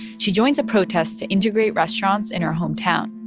she joins a protest to integrate restaurants in her hometown.